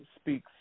speaks